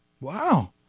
Wow